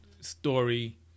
story